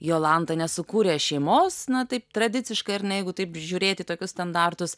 jolanta nesukūrė šeimos na taip tradiciškai ar ne jeigu taip žiūrėti tokius standartus